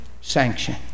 sanction